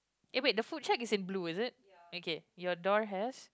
eh wait the food shack is in blue is it okay your door has